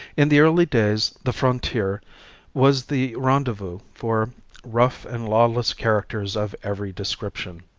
in the early days the frontier was the rendezvous for rough and lawless characters of every description.